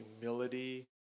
humility